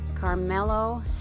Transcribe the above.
Carmelo